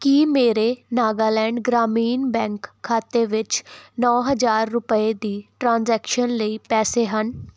ਕੀ ਮੇਰੇ ਨਾਗਾਲੈਂਡ ਗ੍ਰਾਮੀਣ ਬੈਂਕ ਖਾਤੇ ਵਿੱਚ ਨੌਂ ਹਜ਼ਾਰ ਰੁਪਏ ਦੀ ਟ੍ਰਾਂਜੈਕਸ਼ਨ ਲਈ ਪੈਸੇ ਹਨ